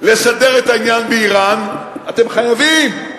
לסדר את העניין באירן, אתם חייבים,